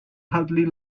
hardly